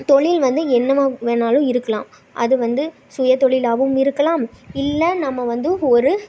தொழில் வந்து என்னவாக வேணாலும் இருக்கலாம் அது வந்து சுயதொழிலாகவும் இருக்கலாம் இல்லை நம்ம வந்து ஒரு